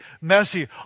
messy